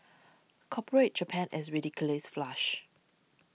corporate Japan is ridiculously flush